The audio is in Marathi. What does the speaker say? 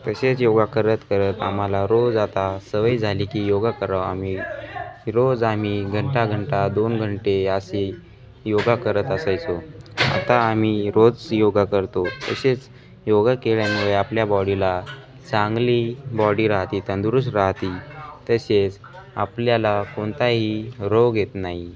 तशेच योग करत करत आम्हाला रोज आता सवय झाली की योग करावं आम्ही रोज आम्हीही घंटा घंटा दोन घंटे असे योग करत असायचो आता आम्ही रोज योग करतो तशेच योग केल्यामुळे आपल्या बॉडीला चांगली बॉडी राहती तंदुरुस्त राहती तसेच आपल्याला कोणताही रोग येत नाही